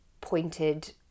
pointed